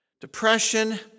Depression